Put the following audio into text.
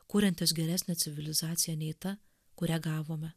kuriantys geresnę civilizaciją nei ta kurią gavome